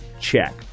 check